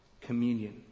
communion